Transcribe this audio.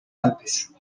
alpes